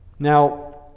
Now